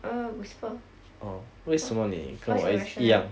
err whisper what's your rationale